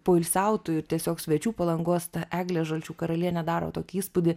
poilsiautojų ir tiesiog svečių palangos ta eglė žalčių karalienė daro tokį įspūdį